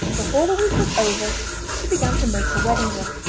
before the week was over she began to make her wedding dress.